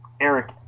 Eric